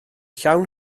llawn